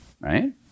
Right